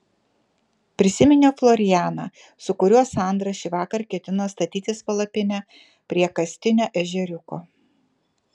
prisiminiau florianą su kuriuo sandra šįvakar ketino statytis palapinę prie kastinio ežeriuko